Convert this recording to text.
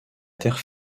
terre